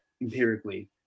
empirically